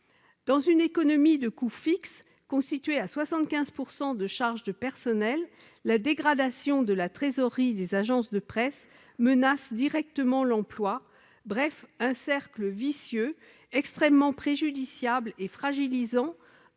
Dans une économie de coûts fixes, constituée à 75 % de charges de personnel, la dégradation de la trésorerie des agences de presse menace directement l'emploi. Voilà un cercle vicieux extrêmement préjudiciable, qui fragilise